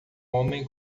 homem